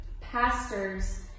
pastors